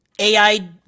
ai